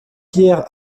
pierres